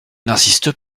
n’insiste